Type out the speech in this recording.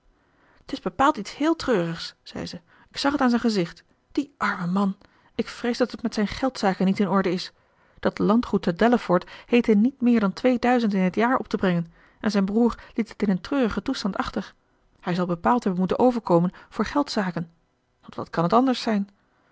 t is bepaald iets héél treurigs zei ze ik zag t aan zijn gezicht die arme man ik vrees dat het met zijn geldzaken niet in orde is dat landgoed te delaford heette niet meer dan tweeduizend in het jaar op te brengen en zijn broer liet het in een treurigen toestand achter hij zal bepaald hebben moeten overkomen voor geldzaken want wat kan t anders zijn